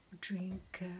drink